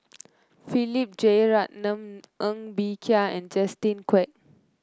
Philip Jeyaretnam Ng Bee Kia and Justin Quek